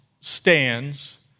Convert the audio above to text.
stands